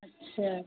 अच्छा